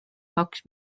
kaks